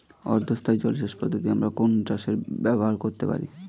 অর্ধ স্থায়ী জলসেচ পদ্ধতি আমরা কোন চাষে ব্যবহার করতে পারি?